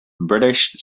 british